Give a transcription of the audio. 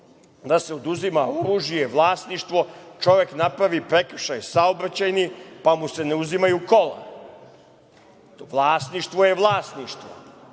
da se oduzima oružje, vlasništvo, čovek napravi prekršaj saobraćajni, pa mu se ne uzimaju kola. Vlasništvo je vlasništvo.